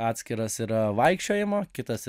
atskiras yra vaikščiojimo kitas